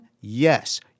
yes